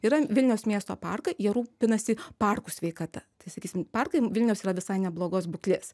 yra vilniaus miesto parkai jie rūpinasi parkų sveikata tai sakysim parkai vilniaus yra visai neblogos būklės